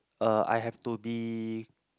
uh I have to be